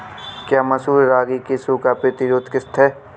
क्या मसूर रागी की सूखा प्रतिरोध किश्त है?